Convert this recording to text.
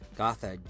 Gotha